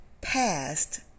past